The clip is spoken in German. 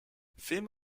filme